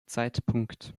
zeitpunkt